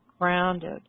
grounded